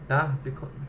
ya because